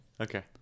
Okay